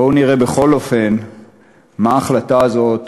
בואו נראה בכל אופן מה ההחלטה הזאת,